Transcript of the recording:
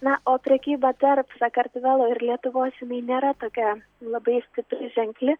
na o prekyba tarp sakartvelo ir lietuvos jinai nėra tokia labai stipriai ženkli